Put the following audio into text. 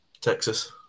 Texas